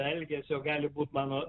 elgesio gali būt mano